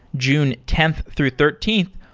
june tenth through thirteenth,